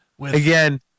Again